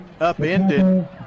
upended